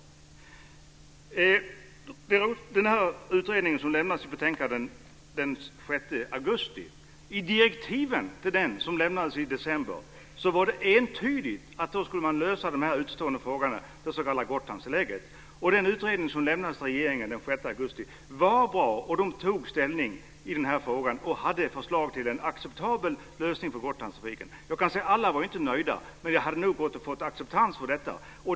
Beträffande den utredning som avlämnade sitt betänkande den 6 augusti var det i de direktiv till utredningen som gavs i december entydigt att utestående frågor skulle lösas. Det gäller då det s.k. Gotlandstillägget. Den utredning som lämnade sitt betänkande till regeringen den 6 augusti var bra. Man tog ställning i frågan och hade förslag till en acceptabel lösning vad gäller Gotlandstrafiken. Alla var inte nöjda men det hade nog gått att nå acceptans för detta.